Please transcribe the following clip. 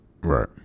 Right